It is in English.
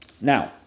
Now